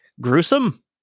gruesome